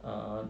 err